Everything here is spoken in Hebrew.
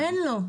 אין לו.